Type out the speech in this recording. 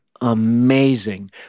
amazing